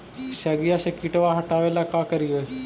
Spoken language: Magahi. सगिया से किटवा हाटाबेला का कारिये?